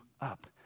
up